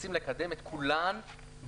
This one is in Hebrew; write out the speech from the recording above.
מנסים לקדם את כולן בו-זמנית.